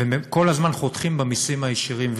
וכל הזמן חותכים במסים הישירים.